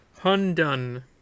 Hundun